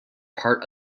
part